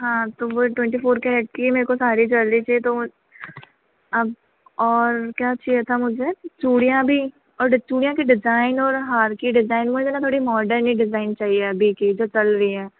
हाँ तो वह ट्वेंटी फ़ोर कैरेट की मेरे को सारी ज्वेलरी चाहिए तो अब और क्या चाहिए था मुझे चूड़ियाँ भी और चूड़ियों के डिज़ाइन और हार के डिज़ाइन मुझे ना थोड़ी मॉडन ही डिज़ाइन चाहिए अभी के जो चल रही है